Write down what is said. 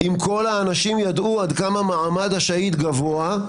אם כל האנשים ידעו עד כמה מעמד השאהיד גבוה,